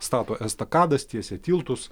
stato estakadas tiesia tiltus